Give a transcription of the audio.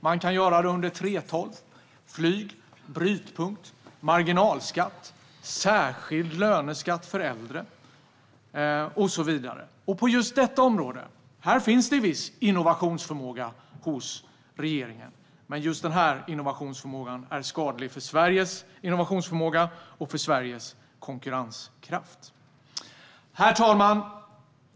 Man kan göra det under begrepp som 3:12, flyg, brytpunkt, marginalskatt, särskild löneskatt för äldre och så vidare. På detta område finns det viss innovationsförmåga hos regeringen, men just den här innovationsförmågan är skadlig för Sveriges innovationsförmåga och för Sveriges konkurrenskraft. Herr talman!